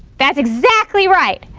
that's exactly right,